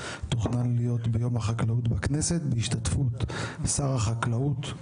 תוכנן להיות ביום החקלאות בכנסת בהשתתפות שר החקלאות.